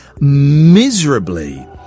miserably